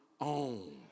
own